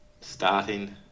starting